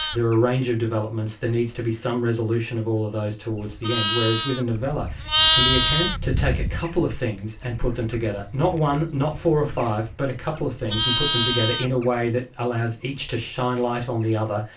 there are a range of developments. there needs to be some resolution of all of those towards the end, whereas with a novella it can be a chance to take a couple of things and put them together, not one, not four or five but a couple of things and put them together in a way that allows each to shine light on the other,